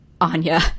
Anya